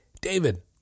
David